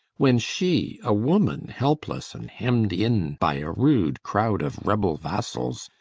when she, a woman, helpless and hemmed in by a rude crowd of rebel vassals,